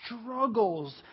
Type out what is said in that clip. struggles